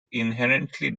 inherently